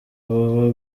boba